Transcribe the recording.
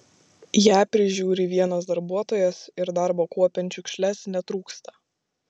ją prižiūri vienas darbuotojas ir darbo kuopiant šiukšles netrūksta